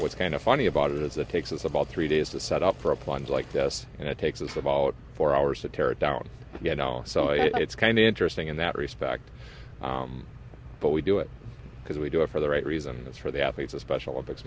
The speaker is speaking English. what's kind of funny about it is it takes us about three days to set up for a plunge like this and it takes us about four hours to tear it down you know so i it's kind of interesting in that respect but we do it because we do it for the right reasons for the athletes of special